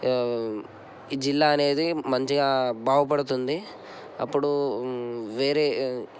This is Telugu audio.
ఈ జిల్లా అనేది మంచిగా బాగుపడుతుంది అప్పుడు వేరే